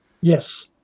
yes